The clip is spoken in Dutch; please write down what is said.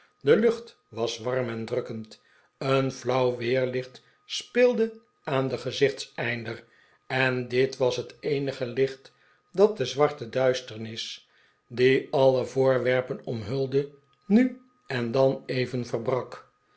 de lucht was warm en drukkend een flauw weerlicht speelde aan den gezichtseinder en dit was het eenige licht dat de zwarte duisternis die alle voorwerpen omhulde nu en dan even verbrak